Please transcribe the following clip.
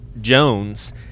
jones